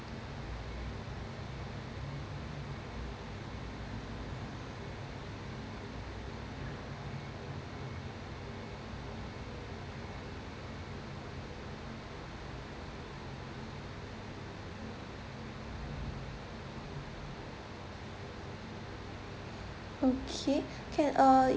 okay can uh